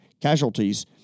casualties